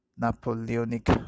napoleonic